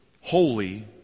holy